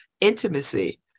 intimacy